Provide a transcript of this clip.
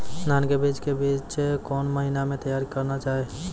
धान के बीज के बीच कौन महीना मैं तैयार करना जाए?